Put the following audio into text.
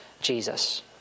Jesus